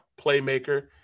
playmaker